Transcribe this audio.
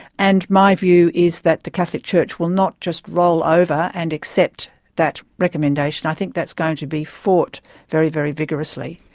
and my view is that the catholic church will not just roll over and accept that recommendation. i think that's going to be fought very, very vigorously.